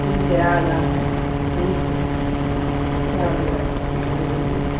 ठीक है आ जाना ठीक है राधे राधे